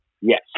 yes